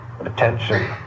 attention